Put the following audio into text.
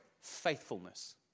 faithfulness